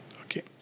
Okay